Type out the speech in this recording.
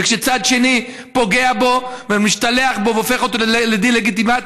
וכשצד שני פוגע בו ומשתלח בו והופך אותו ללא לגיטימי,